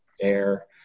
air